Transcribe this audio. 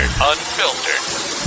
Unfiltered